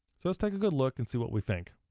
so let's take a good look and see what we think.